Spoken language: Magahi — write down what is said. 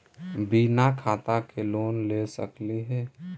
बिना खाता के लोन ले सकली हे?